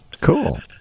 Cool